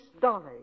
Dolly